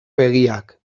begiak